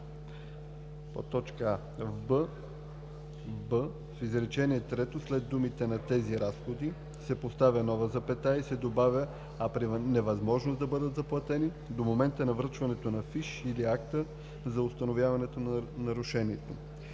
в б. „б“ в изречение трето след думите „на тези разходи“ се поставя нова запетая и се добавя „а при невъзможност да бъдат заплатени – до момента на връчване на фиша или акта за установяване на нарушението“.